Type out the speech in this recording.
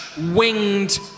winged